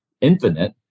infinite